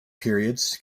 periods